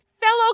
fellow